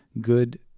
good